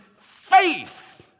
faith